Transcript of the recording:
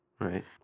Right